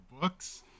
books